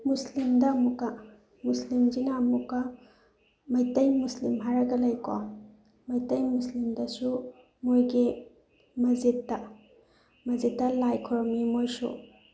ꯃꯨꯁꯂꯤꯝꯗ ꯑꯃꯨꯛꯀ ꯃꯨꯁꯂꯤꯝꯁꯤꯅ ꯑꯃꯨꯛꯀ ꯃꯩꯇꯩ ꯃꯨꯁꯂꯤꯝ ꯍꯥꯏꯔꯒ ꯂꯩꯀꯣ ꯃꯩꯇꯩ ꯃꯨꯁꯂꯤꯝꯗꯁꯨ ꯃꯣꯏꯒꯤ ꯃꯁꯖꯤꯠꯇ ꯃꯁꯖꯤꯠꯇ ꯂꯥꯏ ꯈꯣꯏꯔꯝꯃꯤ ꯃꯣꯏꯁꯨ